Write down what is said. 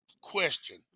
question